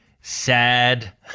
sad